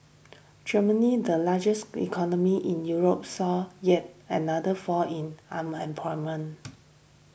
Germany the largest economy in Europe saw yet another fall in unemployment